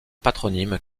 patronyme